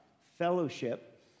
fellowship